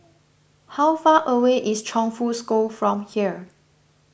how far away is Chongfu School from here